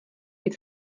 být